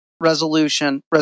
resolution